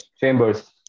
Chambers